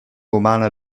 umana